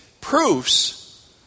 proofs